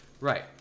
Right